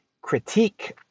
critique